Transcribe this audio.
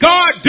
God